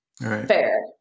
fair